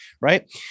right